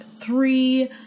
three